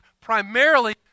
primarily